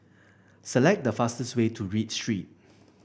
select the fastest way to Read Street